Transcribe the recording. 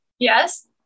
Yes